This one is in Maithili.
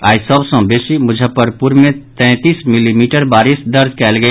आइ सभ सँ बेसी मुजफ्फरपुर मे तैंतीस मिलीमीटर बारिश दर्ज कयल गेल